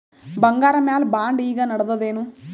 ಬಂಗಾರ ಮ್ಯಾಲ ಬಾಂಡ್ ಈಗ ನಡದದೇನು?